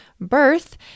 birth